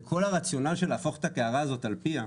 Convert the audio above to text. וכל הרציונל של להפוך את הקערה הזאת על פיה,